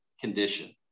condition